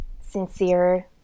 sincere